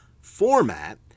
format